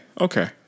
Okay